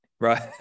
Right